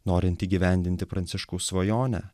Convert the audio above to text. norint įgyvendinti pranciškaus svajonę